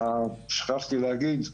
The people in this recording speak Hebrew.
שכחתי להגיד.